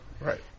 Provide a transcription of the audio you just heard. Right